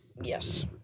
Yes